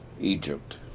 Egypt